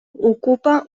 ocupa